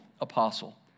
apostle